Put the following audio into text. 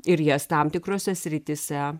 ir jas tam tikrose srityse